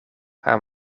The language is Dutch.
haar